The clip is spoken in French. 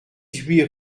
huit